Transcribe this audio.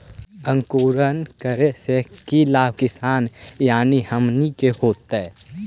अंकुरण करने से की लाभ किसान यानी हमनि के होतय?